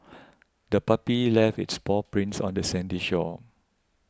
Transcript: the puppy left its paw prints on the sandy shore